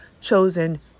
chosen